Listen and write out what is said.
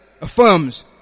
affirms